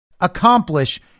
accomplish